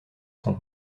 son